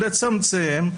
לצמצם,